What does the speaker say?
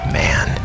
man